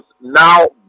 now